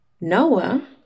Noah